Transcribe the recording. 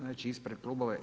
Znači ispred klubova.